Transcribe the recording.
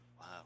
wow